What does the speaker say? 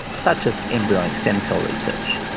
such as embryonic stem cell research.